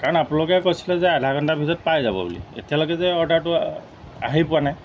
কাৰণ আপোনালোকে কৈছিলে যে আধা ঘণ্টাৰ ভিতৰত পাই যাব বুলি এতিয়ালৈকে যে অৰ্ডাৰটো আহি পোৱা নাই